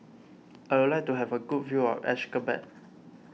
I would like to have a good view of Ashgabat